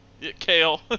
Kale